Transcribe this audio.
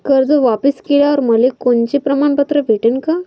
कर्ज वापिस केल्यावर मले कोनचे प्रमाणपत्र भेटन का?